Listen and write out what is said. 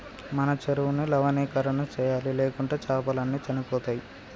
మన చెరువుని లవణీకరణ చేయాలి, లేకుంటే చాపలు అన్ని చనిపోతయ్